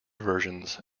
versions